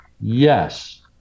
Yes